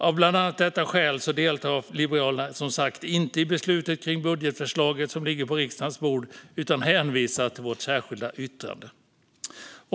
Av bland annat detta skäl deltar vi liberaler som sagt inte i beslutet om det budgetförslag som ligger på riksdagens bord utan hänvisar till vårt särskilda yttrande.